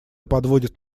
подводит